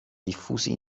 diffusi